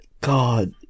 god